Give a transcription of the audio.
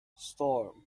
storm